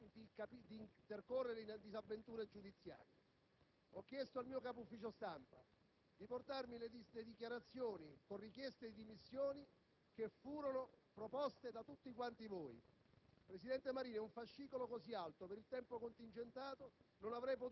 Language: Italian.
Vede, ministro Chiti, anche a me è capitato di incorrere in disavventure giudiziarie, ho chiesto al mio capo ufficio stampa di portarmi le dichiarazioni con richieste di dimissioni che furono proposte da tutti quanti voi.